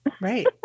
Right